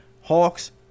Hawks